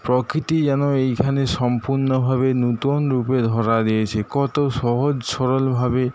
প্রকৃতি যেন এইখানে সম্পূর্ণভাবে নতুনরূপে ধরা দিয়েছে কত সহজ সরলভাবে